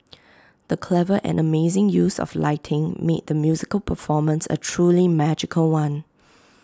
the clever and amazing use of lighting made the musical performance A truly magical one